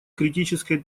критической